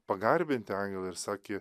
pagarbinti angelą ir sakė